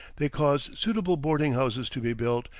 they caused suitable boarding-houses to be built,